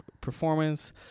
performance